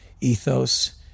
ethos